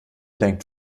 denkt